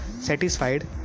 satisfied